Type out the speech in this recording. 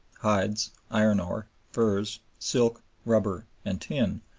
hides, iron-ore, furs, silk, rubber, and tin,